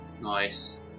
Nice